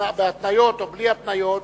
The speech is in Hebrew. בהתניות או בלי התניות,